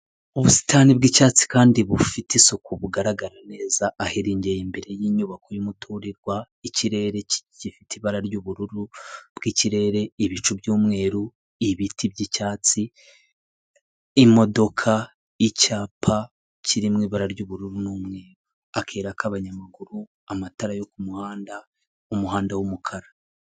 Ubusitani bw'icyatsi kandi bufite isuku bugaragara neza ahirengeye imbere y'inyubako y'umuturirwa ikirere gifite ibara ry'ubururu bw'ikirere ibicu by'umweru, ibiti by'cyatsi imodoka, icyapa kiririmo ibara ry'ubururu n'umweru, akayira k'abanyamaguru, amatara yo ku muhanda mu muhanda wumukara.